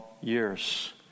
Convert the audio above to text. years